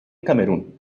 camerún